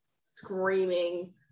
screaming